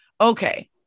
Okay